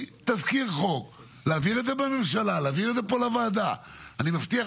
לא רק שאין לך מילה, מסתבר שגם